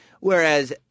Whereas